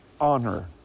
honor